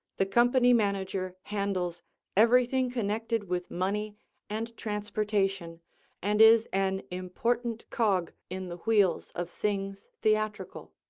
the company manager handles everything connected with money and transportation and is an important cog in the wheels of things theatrical.